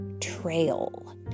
Trail